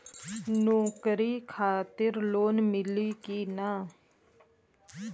नौकरी खातिर लोन मिली की ना?